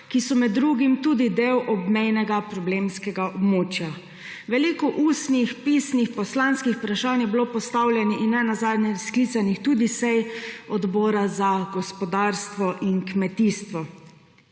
ki so med drugim tudi del obmejnega problemskega območja. Veliko ustnih, pisnih poslanskih vprašanj je bilo postavljenih in ne nazadnje tudi sklicanih sej odborov za gospodarstvo in kmetijstvo.